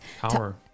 Power